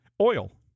oil